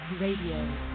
Radio